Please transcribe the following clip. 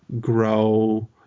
grow